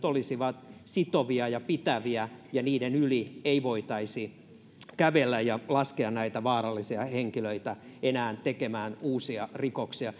olisivat sitovia ja pitäviä ja niiden yli ei voitaisi kävellä ja laskea näitä vaarallisia henkilöitä enää tekemään uusia rikoksia